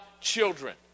children